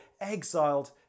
exiled